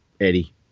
Eddie